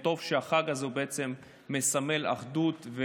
טוב שהחג הזה מסמל אחדות,